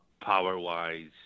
power-wise